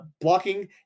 blocking